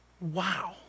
Wow